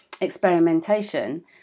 experimentation